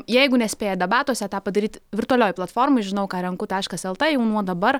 jeigu nespėja debatuose tą padaryt virtualioje platformoje žinau ką renku taškas lt jau nuo dabar